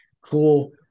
Cool